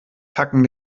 tacken